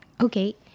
Okay